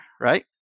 right